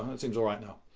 seems all right now.